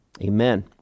Amen